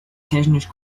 technisch